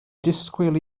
disgwyl